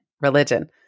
religion